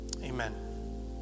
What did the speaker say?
Amen